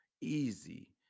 easy